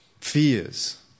Fears